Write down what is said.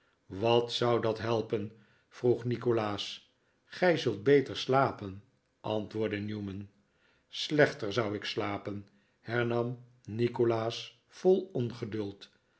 wat zou dat helpen vroeg nikolaas gij zult beter slapen antwoordde newman slechter zou ik slapen hernam nikolaas vol ongeduld